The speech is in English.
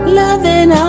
loving